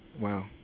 wow